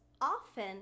often